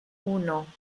uno